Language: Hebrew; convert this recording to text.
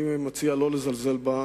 אני מציע לא לזלזל בה,